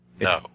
No